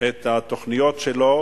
את התוכניות שלו,